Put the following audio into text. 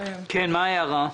יש לי הערה קצרה.